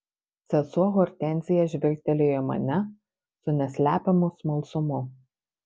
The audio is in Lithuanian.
sesuo hortenzija žvilgtelėjo į mane su neslepiamu smalsumu